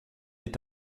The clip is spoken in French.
est